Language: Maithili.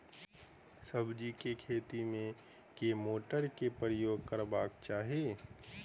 सब्जी केँ खेती मे केँ मोटर केँ प्रयोग करबाक चाहि?